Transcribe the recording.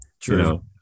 True